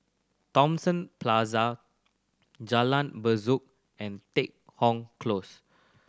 Thomson Plaza Jalan Besut and Deat Hong Close